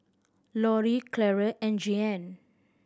Loree Claire and Jeanne